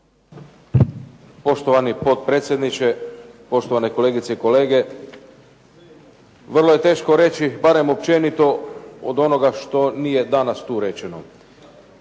Poštovani potpredsjedniče, poštovane kolegice i kolege. Vrlo je teško reći barem općenito od onoga što nije danas tu rečeno,